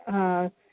हा